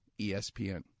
ESPN